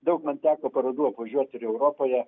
daug man teko parodų apvažiuoti ir europoje